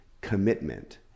commitment